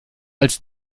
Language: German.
als